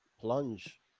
plunge